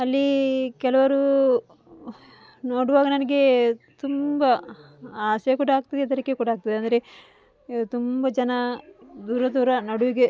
ಅಲ್ಲಿ ಕೆಲವರು ನೋಡುವಾಗ ನನಗೆ ತುಂಬ ಆಸೆ ಕೂಡ ಆಗ್ತದೆ ಹೆದರಿಕೆ ಕೂಡ ಆಗ್ತದೆ ಅಂದರೆ ತುಂಬ ಜನ ದೂರ ದೂರ ನಡುವಿಗೆ